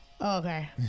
okay